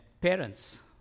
Parents